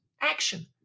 action